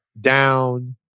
down